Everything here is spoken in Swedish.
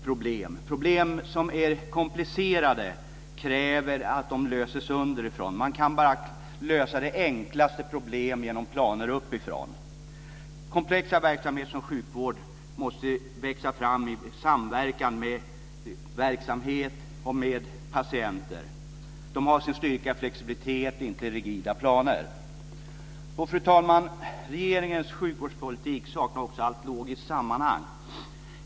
När problem är komplicerade krävs att de löses underifrån. Man kan bara lösa de enklaste problem genom planer uppifrån. Komplexa verksamheter som sjukvård måste växa fram i samverkan mellan verksamhet och patienter. De har sin styrka i flexibilitet, inte i rigida planer. Fru talman! Regeringens sjukvårdspolitik saknar också allt logiskt sammanhang.